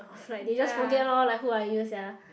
like they just forget loh like who are you sia